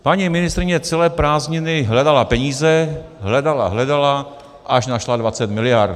Paní ministryně celé prázdniny hledala peníze, hledala, hledala, až našla 20 mld.